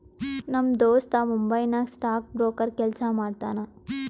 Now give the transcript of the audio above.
ನಮ್ ದೋಸ್ತ ಮುಂಬೈ ನಾಗ್ ಸ್ಟಾಕ್ ಬ್ರೋಕರ್ ಕೆಲ್ಸಾ ಮಾಡ್ತಾನ